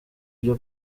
byo